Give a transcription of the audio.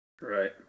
Right